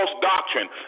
doctrine